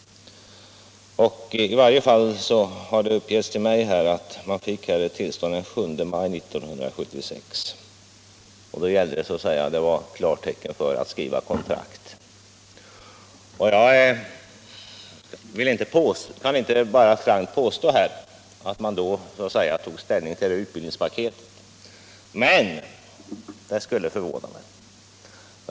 I varje fall har det uppgetts för mig att man fick ett tillstånd den 7 maj 1976 som också i princip var klartecken för att gå i realförhandlingar. Jag kan här inte bara frankt påstå att man då tog ställning till utbildningspaketet, men något annat skulle förvåna mig.